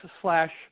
slash